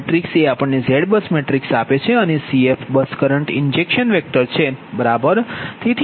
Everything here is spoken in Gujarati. તેથી આ ZBUS મેટ્રિક્સ છે અને Cf bus current injection vector છે બરાબર